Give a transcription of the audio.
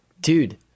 dude